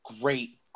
Great